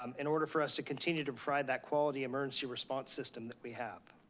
um in order for us to continue to provide that quality emergency response system that we have.